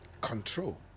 control